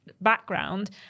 background